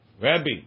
Rabbi